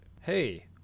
hey